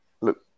Look